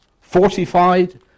fortified